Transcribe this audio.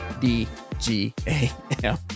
D-G-A-M